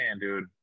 dude